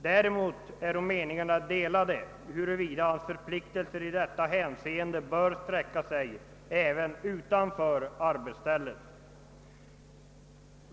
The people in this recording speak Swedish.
Däremot äro meningarna delade, huruvida hans förpliktelser i detta hänseende böra sträcka sig även utanför arbetsstället.